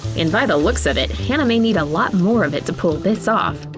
and by the looks of it, hannah may need a lot more of it to pull this off.